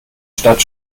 stadt